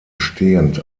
stehend